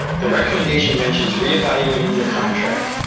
the recommendation mentions reevaluating the contract,